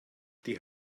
die